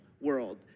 world